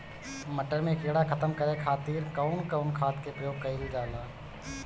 मटर में कीड़ा खत्म करे खातीर कउन कउन खाद के प्रयोग कईल जाला?